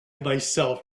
myself